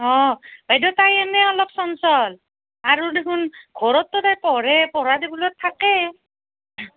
অ বাইদেউ তাই এনেই অলপ চঞ্চল আৰু দেখোন ঘৰততো তাই পঢ়ে পঢ়াৰ টেবুলত থাকে